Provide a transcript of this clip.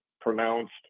pronounced